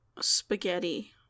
Spaghetti